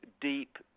deep